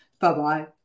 bye-bye